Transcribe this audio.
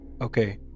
Okay